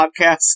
podcast